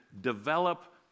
develop